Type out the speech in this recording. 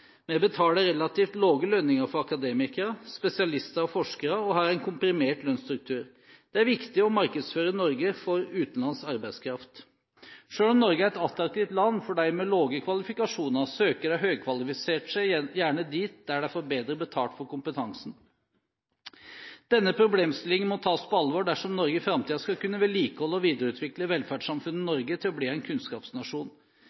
Vi betaler relativt lave lønninger for akademikere, spesialister og forskere og har en komprimert lønnsstruktur. Det er viktig å markedsføre Norge for utenlandsk arbeidskraft. Selv om Norge er et attraktivt land for dem med lave kvalifikasjoner, søker de høykvalifiserte seg gjerne dit hvor de får bedre betalt for kompetansen. Denne problemstillingen må tas på alvor dersom Norge i framtiden skal kunne vedlikeholde og videreutvikle velferdssamfunnet